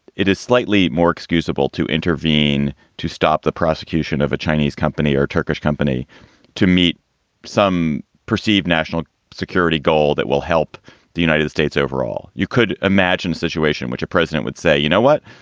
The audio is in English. it is slightly more excusable to intervene to stop the prosecution of a chinese company or turkish company to meet some perceived national security goal that will help the united states overall. you could imagine a situation which a president would say, you know what?